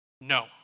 No